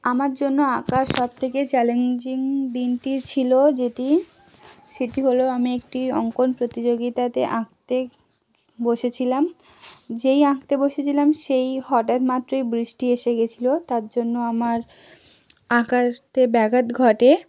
আমার জন্য আঁকা সব থেকে চ্যালেঞ্জিং দিনটি ছিলো যেটি সেটি হলো আমি একটি অঙ্কন প্রতিযোগিতাতে আঁকতে বসেছিলাম যেই আঁকতে বসেছিলাম সেই হটাৎ মাত্রই বৃষ্টি এসে গেছিলো তার জন্য আমার আঁকাতে ব্যাগাত ঘটে